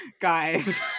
guys